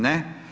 Ne.